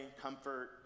comfort